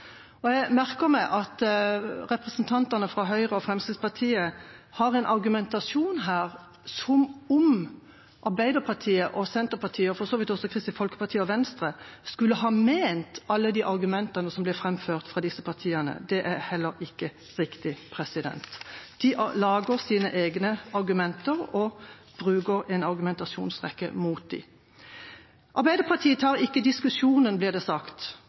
galt. Jeg merker meg at representantene fra Høyre og Fremskrittspartiet har en argumentasjon som om Arbeiderpartiet og Senterpartiet – og for så vidt også Kristelig Folkeparti og Venstre – skulle ha ment alle de argumentene som blir framført fra disse partiene. Det er heller ikke riktig. De lager sine egne argumenter og bruker den argumentasjonsrekken mot dem. Arbeiderpartiet tar ikke diskusjonen, blir det sagt.